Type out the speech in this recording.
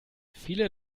viele